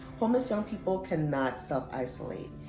homeless young people cannot self-isolate.